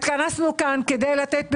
התכנסנו כאן כדי לתת פתרונות.